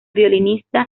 violinista